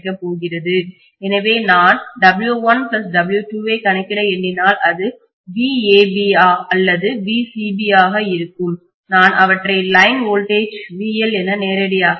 எனவே நான் W1W2 ஐக் கணக்கிட எண்ணினால் அது vAB அல்லது vCB ஆக இருக்கும் நான் அவற்றை லைன் வோல்டேஜ் VL என நேரடியாக அழைக்கலாம்